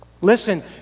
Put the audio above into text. Listen